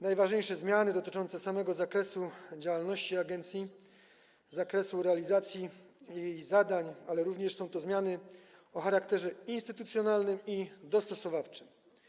Najważniejsze zmiany dotyczą samego zakresu działalności agencji, zakresu realizacji jej zadań, ale również są to zmiany o charakterze instytucjonalnym i dostosowawczym.